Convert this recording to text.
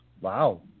Wow